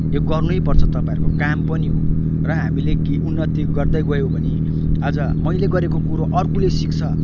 यो गर्नैपर्छ तपाईँहरूको काम पनि हो र हामीले कि उन्नति गर्दै गयौँ भने आज मैले गरेको कुरो अर्कोले सिक्छ